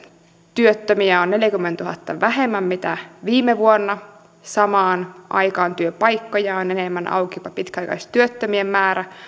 työttömiä on neljänkymmenentuhannen vähemmän mitä viime vuonna samaan aikaan työpaikkoja on enemmän auki jopa pitkäaikaistyöttömien määrä